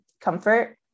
comfort